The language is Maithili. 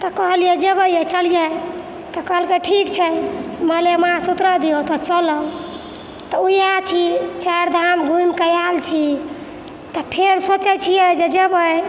तऽ कहलियै जेबै यै चलियै तऽ कहलकै ठीक छै मलेमास उतरए दियौ तऽ चलब तऽ वएह छी चारि धाम घुमि कऽ आएल छी तऽ फेर सोचै छियै जे जेबै